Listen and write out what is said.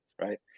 Right